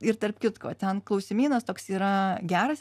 ir tarp kitko ten klausimynas toks yra geras